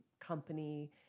company